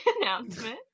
announcement